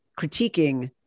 critiquing